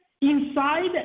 inside